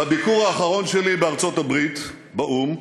בביקור האחרון שלי בארצות-הברית, באו"ם,